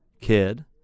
kid